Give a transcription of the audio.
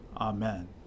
Amen